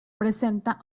presenta